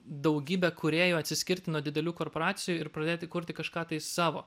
daugybę kūrėjų atsiskirti nuo didelių korporacijų ir pradėti kurti kažką tai savo